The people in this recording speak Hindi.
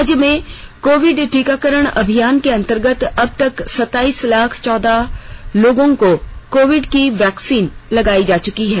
राज्य में कोविड टीकाकरण अभियान के अंतर्गत अब तक सताईस लाख चौदह लोगों को कोविड की वैक्सीन लगाई जा चूकी है